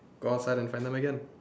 go outside and find them again